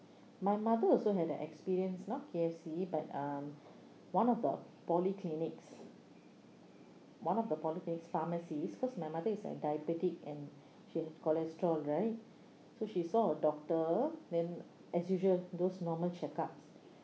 my mother also had an experience not K_F_C but um one of the polyclinics one of the polyclinics' pharmacist because my mother is like diabetic and she has cholesterol right so she saw a doctor then as usual those normal check up